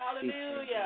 Hallelujah